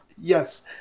Yes